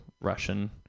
Russian